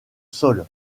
sol